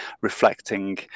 reflecting